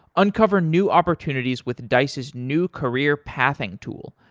uncover new opportunities with dice's new career-pathing tool,